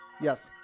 Yes